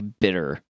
bitter